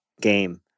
game